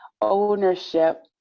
ownership